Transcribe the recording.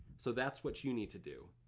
so that's what you need to do.